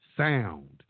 sound